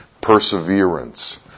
perseverance